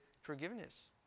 forgiveness